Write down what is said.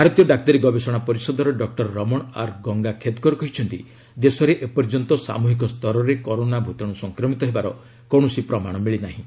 ଭାରତୀୟ ଡାକ୍ତରୀ ଗବେଷଣା ପରିଷଦର doctor Raman R Gangakhedkar କହିଛନ୍ତି ଦେଶରେ ଏ ପର୍ଯ୍ୟନ୍ତ ସାମୃହିକ ସ୍ତରରେ କରୋନା ଭୂତାଣୁ ସଂକ୍ରମିତ ହେବାର କୌଣସି ପ୍ରମାଣ ମିଳିନାହିଁ